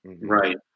right